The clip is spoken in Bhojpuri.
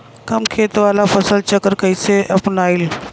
कम खेत वाला फसल चक्र कइसे अपनाइल?